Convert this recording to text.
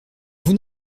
vous